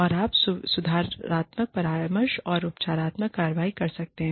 और आप सुधारात्मक परामर्श और उपचारात्मक कार्रवाई कर सकते हैं